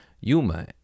Yuma